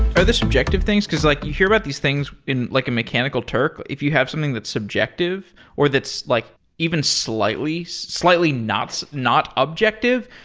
are these objective things? because like you hear about these things in like a mechanical turk. if you have something that subjective or that's like even slightly, so slightly not not objective,